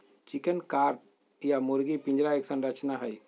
chicken coop या मुर्गी पिंजरा एक संरचना हई,